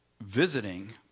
visiting